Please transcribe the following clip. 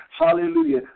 Hallelujah